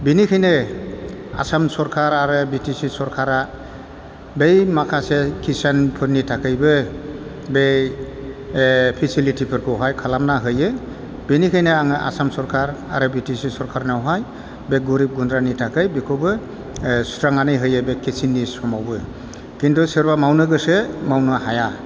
बिनिखायनो आसाम सरखार आरो बि टि सि सरखारा बै माखासे किसानफोरनि थाखायबो बै ओ फेसिलिटिफोरखौहाय खालामना होयो बिनिखायनो आङो आसाम सरखार आरो बि टि सि सरखारनावहाय बे गोरिब गुन्द्रानि थाखाय बेखौबो ओ सुस्रांनानै होयो बे किसाननि थाखायबो खिन्थु सोरबा मावनो गोसो मावनो हाया